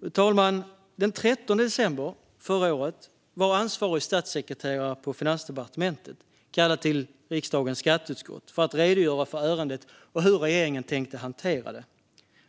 Fru talman! Den 13 december förra året var ansvarig statssekreterare på Finansdepartementet kallad till riksdagens skatteutskott för att redogöra för ärendet och hur regeringen tänkte hantera det.